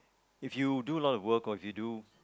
if you do a lot of work or if you do